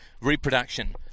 reproduction